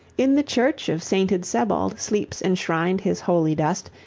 in the church of sainted sebald sleeps enshrined his holy dust,